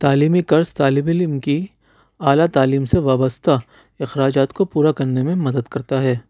تعلیمی قرض طالب علم کی اعلیٰ تعلیم سے وابستہ اخراجات کو پورا کرنے میں مدد کرتا ہے